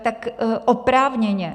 Tak oprávněně.